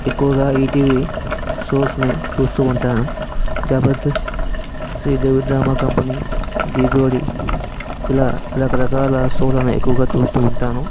ఎక్కువగా ఈటీవీ షోస్ని చూస్తూ ఉంటాను జబర్ధస్త్ శ్రీదేవి డ్రామా కంపెనీ ఢీ జోడి ఇలా రకరకాల షోలని ఎక్కువగా చూస్తూ ఉంటాను